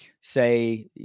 say